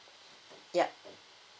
yup